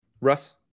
Russ